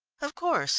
of course